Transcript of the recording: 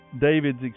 David's